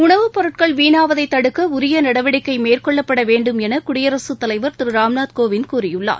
உணவுப்பொருட்கள் வீணாவதை தடுக்க உரிய நடவடிக்கை மேற்கொள்ளப்படவேண்டும் என குடியரசுத்தலைவர் திரு ராம்நாத் கோவிந்த் கூறியுள்ளார்